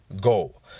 goal